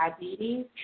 diabetes